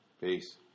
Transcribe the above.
Peace